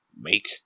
Make